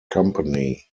company